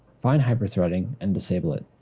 find hyper-threading and disable it.